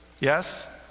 Yes